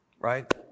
right